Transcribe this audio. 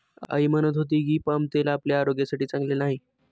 आई म्हणत होती की, पाम तेल आपल्या आरोग्यासाठी चांगले नाही